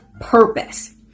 purpose